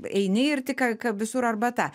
eini ir tik ka ka visur arbata